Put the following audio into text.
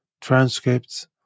transcripts